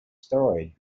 steroid